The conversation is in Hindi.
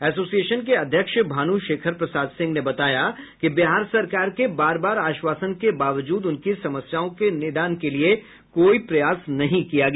एसोसिएशन के अध्यक्ष भानू शेखर प्रसाद सिंह ने बताया कि बिहार सरकार के बार बार आश्वासन के बावजूद उनकी समस्याओं के निदान के लिए कोई प्रयास नहीं किया गया